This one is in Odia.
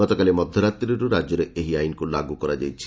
ଗତକାଲି ମଧ୍ୟରାତ୍ରିରୁ ରାଜ୍ୟରେ ଏହି ଆଇନକୁ ଲାଗୁ କରାଯାଇଛି